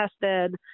tested